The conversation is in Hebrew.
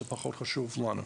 זה פחות חשוב לנו.